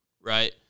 right